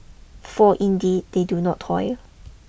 for indeed they do not toil